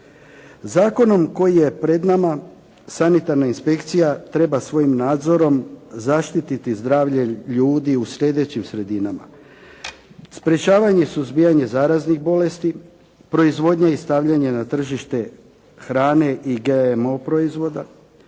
Zakonom koji je pred nama sanitarna inspekcija treba svojim nadzorom zaštiti zdravlje ljudi u sljedećim sredinama. Sprečavanje i suzbijanje zaraznih bolesti, proizvodnja i stavljanje na tržište hrane i GMO proizvoda,